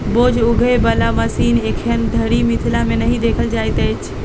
बोझ उघै बला मशीन एखन धरि मिथिला मे नहि देखल जाइत अछि